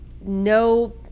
no